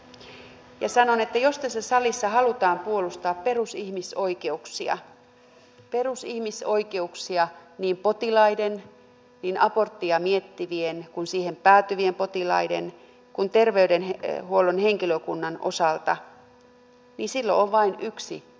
ja sanon että jos tässä salissa halutaan puolustaa perusihmisoikeuksia perusihmisoikeuksia niin potilaiden niin aborttia miettivien kuin siihen päätyvien potilaiden kuin terveydenhuollon henkilökunnan osalta niin silloin on vain yksi äänestysmahdollisuus